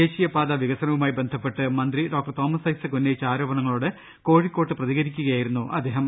ദേശീയ പാതാ വികസനവുമായി ബന്ധപ്പെട്ട് മന്ത്രി തോമസ് ഐസക് ഉന്നയിച്ച ആരോപണങ്ങളോട് കോഴിക്കോട്ട് പ്രതികരിക്കു കയായിരുന്നു അദ്ദേഹം